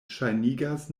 ŝajnigas